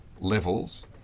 levels